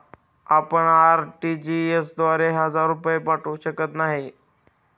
आपण आर.टी.जी.एस द्वारे हजार रुपये पाठवू शकत नाही